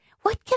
What